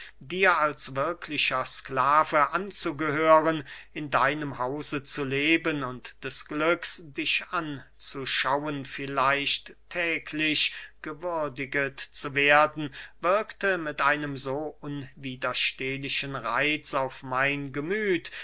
dir als wirklicher sklave anzugehören in deinem hause zu leben und des glücks dich anzuschauen vielleicht täglich gewürdiget zu werden wirkte mit einem so unwiderstehlichen reitz auf mein gemüth